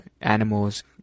animals